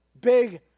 big